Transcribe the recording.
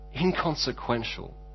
inconsequential